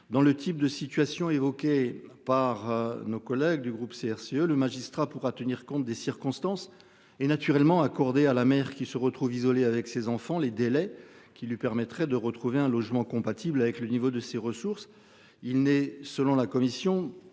Dans le type de situation évoquée par nos collègues du groupe CRCE le magistrat pourra tenir compte des circonstances et naturellement accordé à la mer qui se retrouve isolé avec ses enfants les délais qui lui permettrait de retrouver un logement compatible avec le niveau de ses ressources. Il n'est, selon la Commission